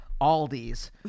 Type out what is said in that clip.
Aldis